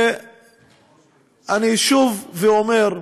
ואני שב ואומר: